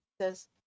says